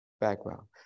background